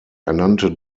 ernannte